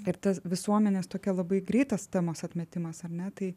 ir tas visuomenės tokia labai greitas temos atmetimas ar ne tai